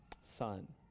son